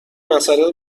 مسأله